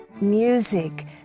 music